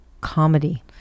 comedy